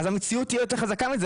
המציאות יותר חזקה מזה.